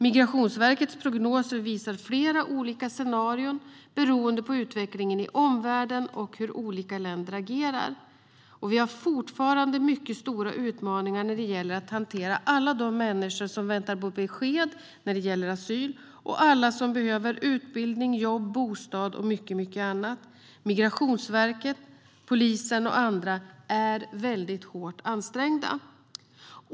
Migrationsverkets prognoser visar flera olika scenarier beroende på utvecklingen i omvärlden och hur olika länder agerar. Vi har fortfarande mycket stora utmaningar när det gäller att hantera alla de människor som väntar på besked när det gäller asyl och alla som behöver utbildning, jobb, bostad och mycket annat. Migrationsverket, polisen och andra är mycket hårt ansträngda.